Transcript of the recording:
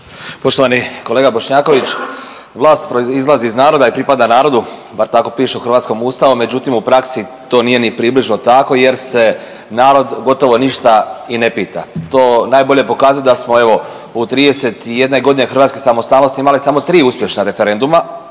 Poštovani kolega Bošnjaković, vlast proizlazi iz naroda i pripada narodu, bar tako piše u hrvatskom Ustavu, međutim u praksi to nije ni približno tako jer se narod gotovo ništa i ne pita, to najbolje pokazuje da smo evo u 31 godine hrvatske samostalnosti imali samo tri uspješna referenduma,